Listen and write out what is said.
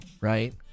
right